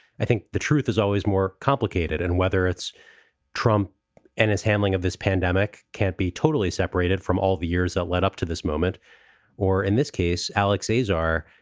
i think the truth is always more complicated, and whether it's trump and his handling of this pandemic can't be totally separated from all the years that led up to this moment or in this case, alix's r,